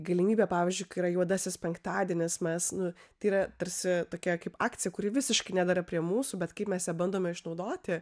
galimybė pavyzdžiui kai yra juodasis penktadienis mes nu tai yra tarsi tokia kaip akcija kuri visiškai nedera prie mūsų bet kaip mes ją bandome išnaudoti